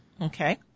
Okay